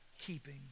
keeping